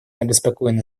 обеспокоена